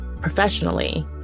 professionally